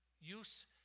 use